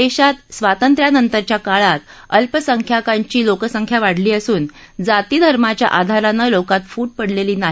देशात स्वातंत्र्यानंतरच्या काळात अल्पसंख्याकांची लोकसंख्या वाढली असून जाती धर्माच्या आधारानं लोकांत फूट पडलेली नाही